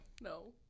No